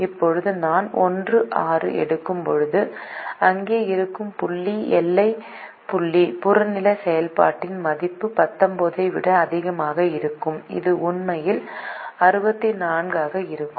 இப்போது நான் 1 6 எடுக்கும் போது இங்கே இருக்கும் புள்ளி எல்லை புள்ளி புறநிலை செயல்பாட்டின் மதிப்பு 19 ஐ விட அதிகமாக இருக்கும் அது உண்மையில் 64 ஆக இருக்கும்